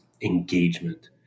engagement